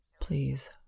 Please